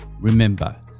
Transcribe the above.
remember